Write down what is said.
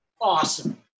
awesome